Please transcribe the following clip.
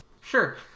Sure